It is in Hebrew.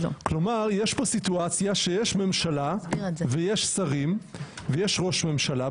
כלומר יש פה סיטואציה שיש ממשלה ויש שרים ויש ראש ממשלה,